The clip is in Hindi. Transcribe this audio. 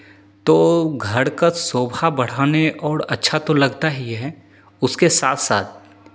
तो घर का शोभा बढ़ाने और अच्छा तो लगता ही है उसके साथ साथ